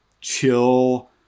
chill